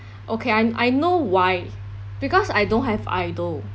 okay I I know why because I don't have idol